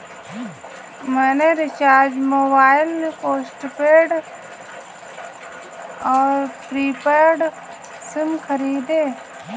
मैंने recharge mobile postpaid और prepaid SIM खरीदे